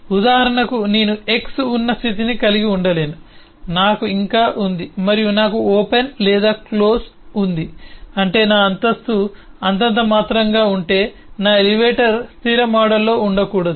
ఉదాహరణకు నేను x ఉన్న స్థితిని కలిగి ఉండలేను నాకు ఇంకా ఉంది మరియు నాకు ఓపెన్ లేదా క్లోజ్ ఉంది అంటే నా అంతస్తు అంతంతమాత్రంగా ఉంటే నా ఎలివేటర్ స్థిర మోడ్లో ఉండకూడదు